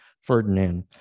Ferdinand